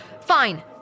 Fine